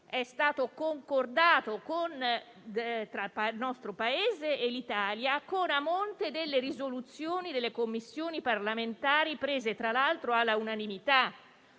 è stato concordato tra il nostro Paese e l'Europa, con a monte delle risoluzioni delle Commissioni parlamentari, votate tra l'altro all'unanimità.